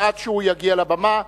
ועד שהוא יגיע לבמה,